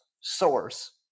source